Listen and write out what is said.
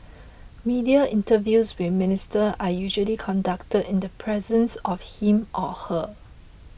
media interviews with Minister are usually conducted in the presence of him or her